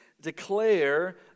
declare